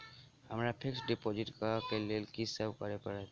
हमरा fix deposit करऽ केँ लेल की सब करऽ पड़त?